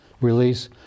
release